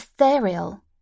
ethereal